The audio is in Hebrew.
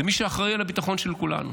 מי שאחראי על הביטחון של כולנו,